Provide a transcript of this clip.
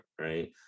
right